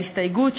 ההסתייגות,